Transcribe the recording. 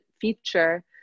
feature